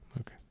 Okay